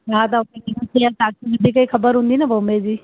तव्हां खे वधीक ई ख़बर हूंदी न बॉम्बे जी